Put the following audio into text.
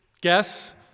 guess